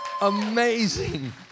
amazing